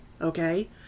okay